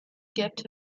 kept